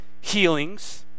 healings